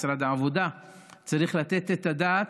משרד העבודה צריך לתת את הדעת,